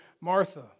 Martha